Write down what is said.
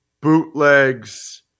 bootlegs